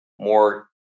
more